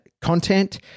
content